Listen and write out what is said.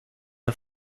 are